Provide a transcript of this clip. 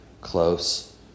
close